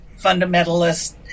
fundamentalist